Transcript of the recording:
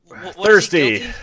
Thirsty